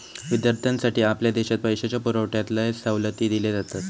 विद्यार्थ्यांसाठी आपल्या देशात पैशाच्या पुरवठ्यात लय सवलती दिले जातत